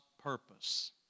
purpose